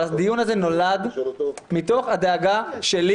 אבל הדיון הזה נולד מתוך הדאגה שלי